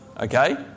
Okay